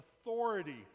authority